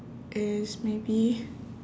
is maybe